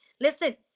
Listen